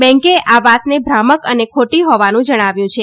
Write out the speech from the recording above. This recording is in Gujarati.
બેન્કે આ વાતને ભ્રામક અને ખોટી હોવાનું જણાવ્યું છે